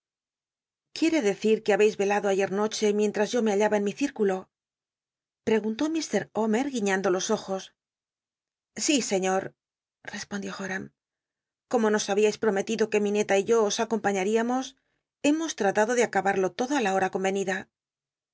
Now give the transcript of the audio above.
uicrc decir que habcis velado ayet noche wcguntó mientms yo me hallaba en mi circulo preguntó mr homer guiñando los ojos sí señor respondió jora m como nos hahiais prometido que mineta y yo os acompañaríamos hemos t ra tado de acabado todo á la hora convenida